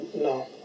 No